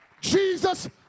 Jesus